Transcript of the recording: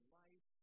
life